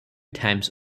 times